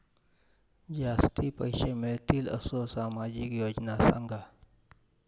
जास्ती पैशे मिळतील असो सामाजिक योजना सांगा?